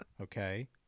Okay